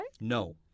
No